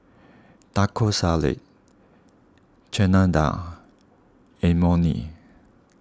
Taco Salad Chana Dal and Imoni